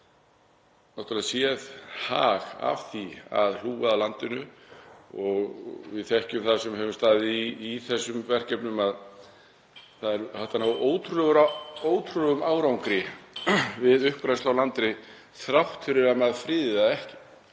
sem hafa séð hag af því að hlúa að landinu. Við þekkjum það sem höfum staðið í þessum verkefnum að það er hægt að ná ótrúlegum árangri við uppgræðslu á landi þrátt fyrir að maður friði það ekki.